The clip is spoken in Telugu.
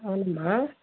అవునమ్మా